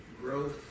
Growth